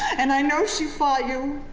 and i know she fought you.